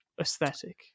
aesthetic